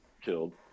killed